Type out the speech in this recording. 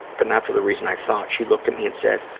but not for the reason i thought. she looked at me and said,